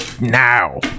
now